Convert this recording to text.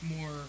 more